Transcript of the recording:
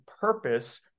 purpose